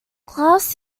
glass